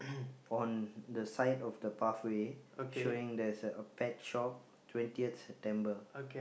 on the side of the pathway showing there's a pet shop twentieth September